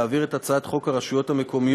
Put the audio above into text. להעביר את הצעת חוק הרשויות המקומיות